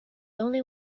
only